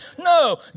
No